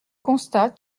constat